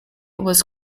was